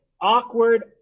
Awkward